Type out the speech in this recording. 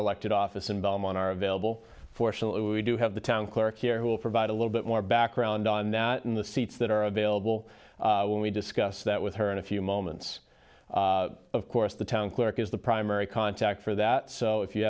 elected office and belmont are available fortunately we do have the town clerk here who will provide a little bit more background on that in the seats that are available when we discuss that with her in a few moments of course the town clerk is the primary contact for that so if you